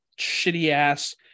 shitty-ass